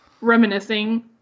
reminiscing